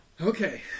Okay